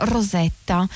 Rosetta